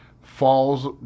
falls